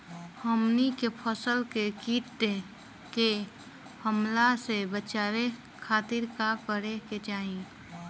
हमनी के फसल के कीट के हमला से बचावे खातिर का करे के चाहीं?